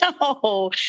No